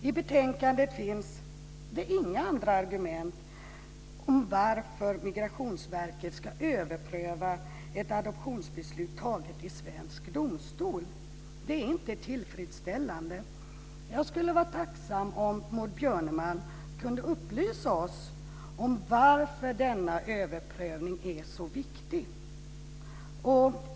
I betänkandet finns det inga andra argument för att Migrationsverket ska överpröva ett adoptionsbeslut fattat i svensk domstol. Det är inte tillfredsställande. Jag skulle vara tacksam om Maud Björnemalm kunde upplysa oss om varför denna överprövning är så viktig.